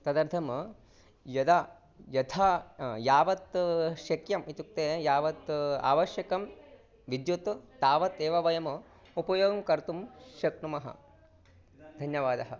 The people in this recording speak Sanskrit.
तदर्थं यथा यथा यावत् शक्यम् इत्युक्ते यावत् आवश्यकं विद्युत् तावदेव वयम् उपयोगं कर्तुं शक्नुमः धन्यवादः